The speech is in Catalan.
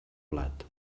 blat